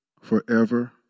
forever